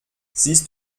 siehst